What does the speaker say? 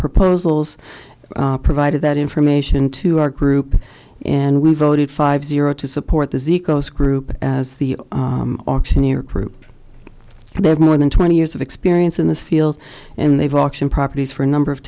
proposals provided that information to our group and we voted five zero to support the seacoast group as the auctioneer group and they have more than twenty years of experience in this field and they've auction properties for a number of